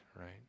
right